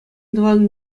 тӑван